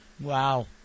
Wow